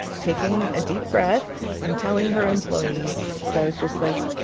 taking a deep breath and telling her employees. i was just like,